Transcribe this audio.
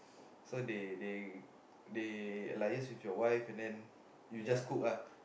so they they they liaise with your wife and then you just cook ah